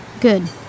good